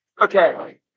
okay